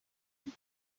peak